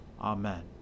Amen